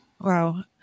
Wow